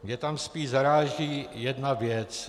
Mě tam spíš zaráží jedna věc.